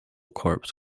corps